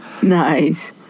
Nice